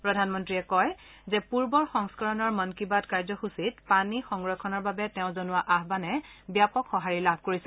প্ৰধানমন্ত্ৰীয়ে কয় যে পূৰ্বৰ সংস্কৰণৰ মন কী বাত কাৰ্যসূচীত পানী সংৰক্ষণৰ বাবে তেওঁ জনোৱা আহানে ব্যাপক সঁহাৰি লাভ কৰিছে